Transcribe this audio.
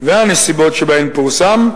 והנסיבות שבהן פורסם,